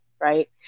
right